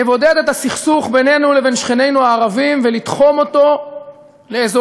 לבודד את הסכסוך בינינו ובין שכנינו הערבים ולתחום אותו לאזורים